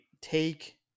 take